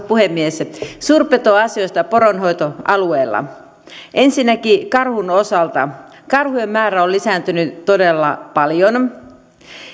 puhemies suurpetoasioista poronhoitoalueella ensinnäkin karhun osalta karhujen määrä on lisääntynyt todella paljon